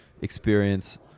experience